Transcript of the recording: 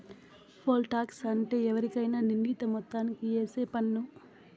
pole tax అంటే ఎవరికైనా నిర్ణీత మొత్తానికి ఏసే పన్ను